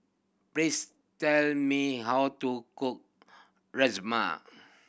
please tell me how to cook Rajma